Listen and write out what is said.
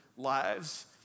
lives